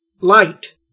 light